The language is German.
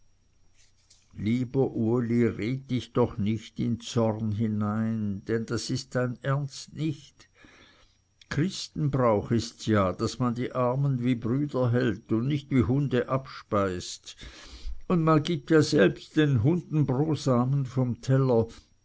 lieber uli rede dich doch nicht in zorn hinein denn das ist dein ernst nicht christenbrauch ists ja daß man die armen wie brüder hält und nicht wie hunde abspeiset und gibt man ja selbst den hunden brosamen vom teller